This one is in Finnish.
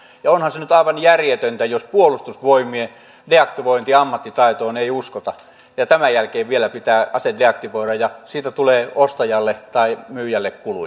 onhan se nyt aivan järjetöntä jos puolustusvoimien deaktivointiammattitaitoon ei uskota vaan tämän jälkeen vielä pitää ase deaktivoida ja siitä tulee ostajalle tai myyjälle kuluja